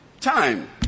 Time